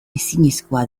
ezinezkoa